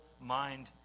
mind